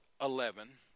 eleven